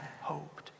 hoped